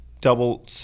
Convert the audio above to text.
double